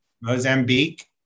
Mozambique